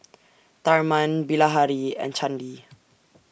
Tharman Bilahari and Chandi